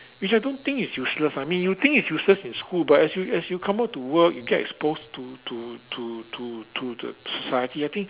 which I don't think is useless I mean you think it's useless in school but as you as you come out to work you get exposed to to to to to the society I think